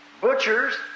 butchers